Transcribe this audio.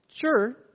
Sure